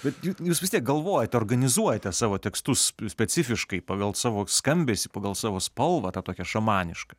bet juk jūs vis tiek galvojat organizuojae savo tekstus specifiškai pagal savo skambesį pagal savo spalvą tą tokią šamanišką